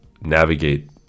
navigate